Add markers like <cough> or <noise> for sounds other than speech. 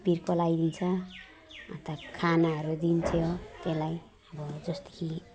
बिर्को लगाइदिन्छ अन्त खानाहरू दिन्छ त्यसलाई <unintelligible>